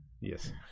Yes